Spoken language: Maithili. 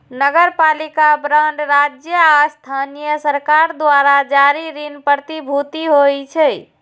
नगरपालिका बांड राज्य आ स्थानीय सरकार द्वारा जारी ऋण प्रतिभूति होइ छै